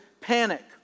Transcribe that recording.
panic